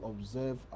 observe